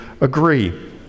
agree